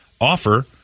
offer